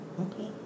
Okay